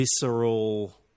visceral